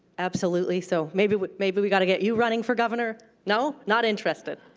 absolutely. so maybe we maybe we got to get you running for governor? no? not interested.